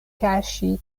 kaŝi